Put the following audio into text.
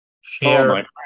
share